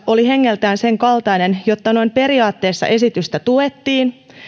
oli hengeltään sen kaltainen että noin periaatteessa esitystä tuettiin